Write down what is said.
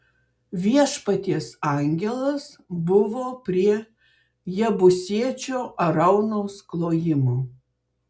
viešpaties angelas buvo prie jebusiečio araunos klojimo